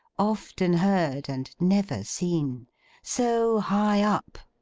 often heard and never seen so high up,